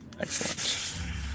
Excellent